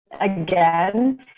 Again